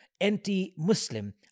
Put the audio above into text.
anti-Muslim